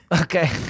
Okay